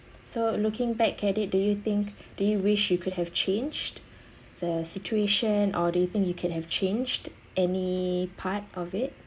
so looking back at it do you think do you wish you could have changed the situation or do you think you can have changed any part of it